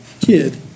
kid